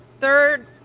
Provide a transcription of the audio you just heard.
third